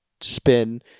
spin